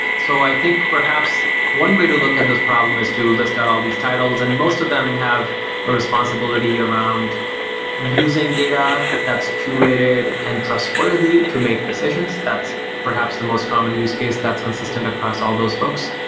so i think perhaps one way to look at this problem is to list out all these titles, and most of them have a responsibility around using data that's curated and trustworthy to make decisions. that's perhaps the most common use case that's consistent across all those folks.